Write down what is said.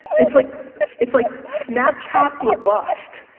it's like it's like snapchat or bust.